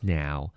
now